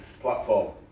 Platform